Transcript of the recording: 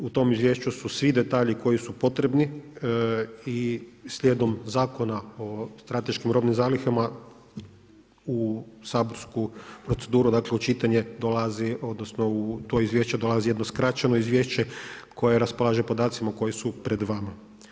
U tom izvješću su svi detalji koji su potrebni i slijedom Zakona o strateškim robnim zalihama u saborsku proceduru dakle u čitanje dolazi odnosno u to izvješće dolazi jedno skraćeno izvješće koje raspolaže podacima koji su pred vama.